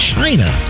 China